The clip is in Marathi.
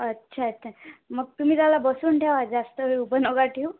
अच्छा अच्छा मग तुम्ही त्याला बसून ठेवा जास्त वेळ उभा नका ठेवू